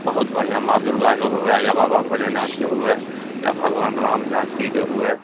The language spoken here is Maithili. बहुत बढ़िआँ माँ दुरगाके हुए या बाबा भोलेनाथके हुए या भगवान राम जानकीके हुए